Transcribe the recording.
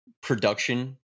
production